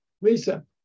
Lisa